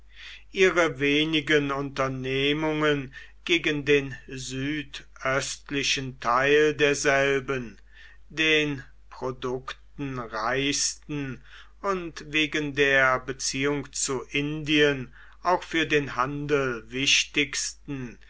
ihre wenigen unternehmungen gegen den südöstlichen teil derselben den produktenreichsten und wegen der beziehung zu indien auch für den handel wichtigsten